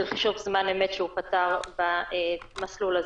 חישוב זמן אמת שהוא פתר במסלול הזה.